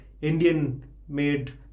Indian-made